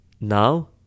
Now